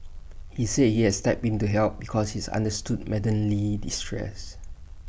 he said he had stepped in to help because he understood Madam Lee's distress